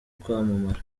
kwamamara